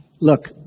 Look